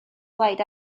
blaid